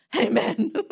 amen